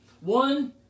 One